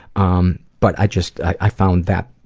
um, but i just, i found that,